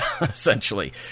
essentially